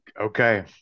okay